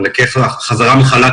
יותר נכון מענקי חזרה מחל"ת,